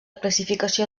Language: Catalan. classificació